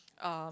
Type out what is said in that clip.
uh